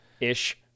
ish